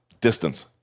distance